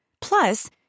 Plus